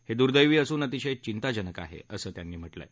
हे दुर्दैवी असून अतिशय चिंताजनक आहे असं त्यांनी म्हा कें आहे